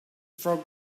frog